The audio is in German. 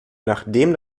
nachdem